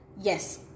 yes